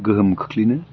गोहोम खोख्लैनो